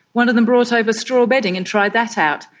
one of them brought over straw bedding and tried that out,